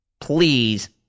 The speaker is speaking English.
Please